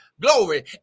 glory